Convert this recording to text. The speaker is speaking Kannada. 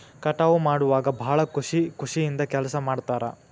ಕಟಾವ ಮಾಡುವಾಗ ಭಾಳ ಖುಷಿ ಖುಷಿಯಿಂದ ಕೆಲಸಾ ಮಾಡ್ತಾರ